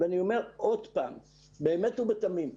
ואני אומר שוב באמת ובתמים,